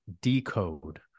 decode